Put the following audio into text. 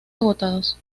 agotados